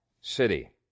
city